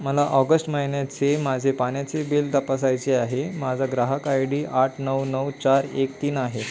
मला ऑगस्ट महिन्याचे माझे पाण्याचे बिल तपासायचे आहे माझा ग्राहक आय डी आठ नऊ नऊ चार एक तीन आहे